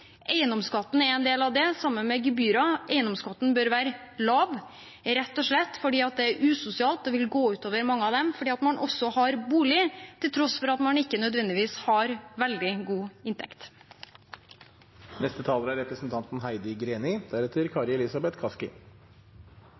Eiendomsskatten er en del av det, sammen med gebyrene. Eiendomsskatten bør være lav rett og slett fordi det er usosialt og vil gå ut over mange som har en bolig, til tross for at de ikke nødvendigvis har veldig god inntekt. Jeg vet ikke om det er